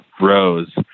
rose